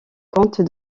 compte